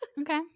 Okay